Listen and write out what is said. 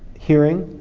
hearing.